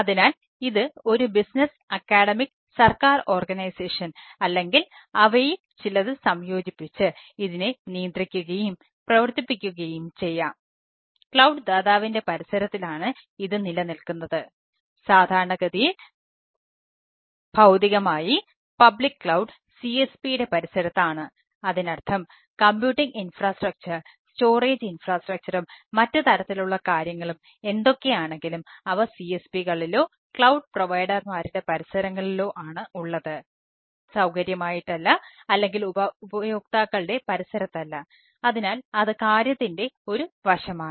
അതിനാൽ ഇത് ഒരു ബിസിനസ്സ് പരിസരങ്ങളിലോ ആണ് ഉള്ളത് സ്വകാര്യമായിട്ടല്ല അല്ലെങ്കിൽ ഉപയോക്താക്കളുടെ പരിസരത്ത് അല്ല അതിനാൽ അത് കാര്യത്തിന്റെ ഒരു വശമാണ്